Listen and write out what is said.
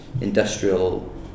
industrial